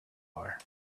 are